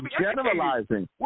generalizing